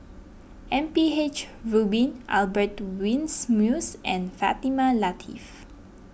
M P H Rubin Albert Winsemius and Fatimah Lateef